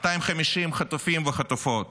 250 חטופות וחטופים,